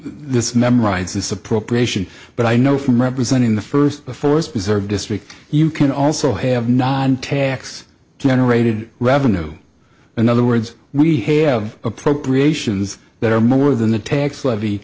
this memorized this appropriation but i know from representing the first forest preserve district you can also have non tax generated revenue in other words we have appropriations that are more than the tax levy